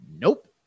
nope